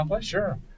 sure